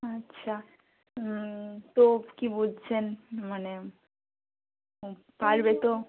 আচ্ছা তো কী বুঝছেন মানে ও পারবে তো